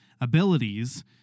abilities